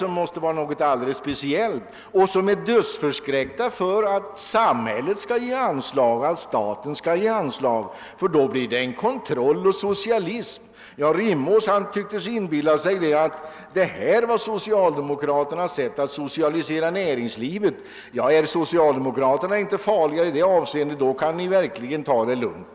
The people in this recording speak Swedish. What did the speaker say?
Det måste vara något alldeles speciellt med dem eftersom de är dödsförskräckta för att staten skall ge anslag, ty då blir det kontroll och socialism. Herr Rimås tycktes inbilla sig att detta var socialdemokraternas sätt att socialisera näringslivet. Är socialdemokraterna inte farligare i det avseendet kan ni verkligen ta det lugnt.